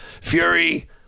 Fury